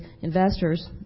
investors